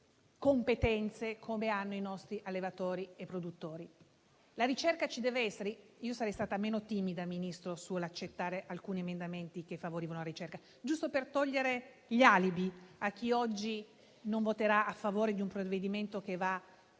come quelle che hanno i nostri allevatori e produttori? La ricerca ci deve essere. Personalmente, signor Ministro, sarei stata meno timida nell'accettare alcuni emendamenti che favorivano la ricerca, giusto per togliere gli alibi a chi oggi non voterà a favore di un provvedimento che va